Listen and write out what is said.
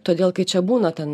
todėl kai čia būna ten